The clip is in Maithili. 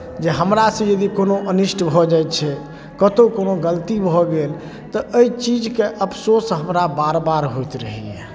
जे हमरासँ यदि कोनो अनिष्ट भऽ जाइ छै कतहु कोनो गलती भऽ गेल तऽ एहि चीजके अफसोस हमरा बार बार होइत रहैए